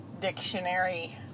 dictionary